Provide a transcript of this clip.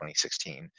2016